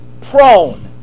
prone